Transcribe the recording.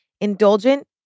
Indulgent